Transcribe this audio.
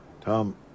Tom